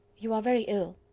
you are very ill.